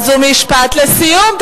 אז משפט לסיום.